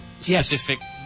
specific